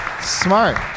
Smart